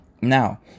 Now